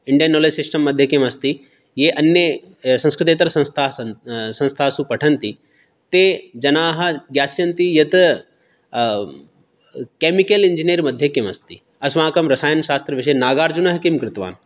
Indian knowledge system मध्ये किम् अस्ति ये अन्ये संस्कृतेतरसंस्थाः सन् संस्थासु पठन्ति ते जनाः ज्ञास्यन्ति यत् केमिकल् इञ्जिनियर् मध्ये किम् अस्ति अस्माकं रसायनशास्त्रविषये नागार्जुनः किं कृतवान्